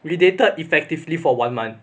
we dated effectively for one month